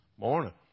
Morning